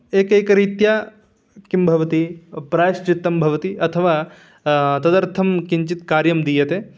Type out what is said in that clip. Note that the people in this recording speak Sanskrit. एकैकरीत्या किं भवति प्रायश्चित्तं भवति अथवा तदर्थं किञ्चित्कार्यं दीयते